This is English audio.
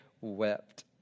wept